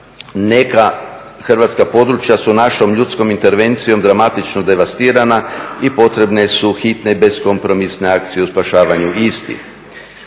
neka hrvatska područja su našom ljudskom intervencijom dramatično devastirana i potrebne su hitne beskompromisne akcije u spašavanju istih.